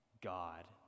God